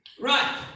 Right